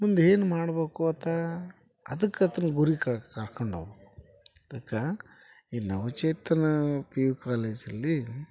ಮುಂದೇನು ಮಾಡ್ಬೇಕು ಆತ ಅದಕ್ಕೆ ಆತನ ಗುರಿ ಕಡೆ ಕರ್ಕೊಂಡು ಹೋಗು ಅದಕ್ಕೆ ಈ ನವಚೇತನ ಪಿ ಯು ಕಾಲೇಜಲ್ಲಿ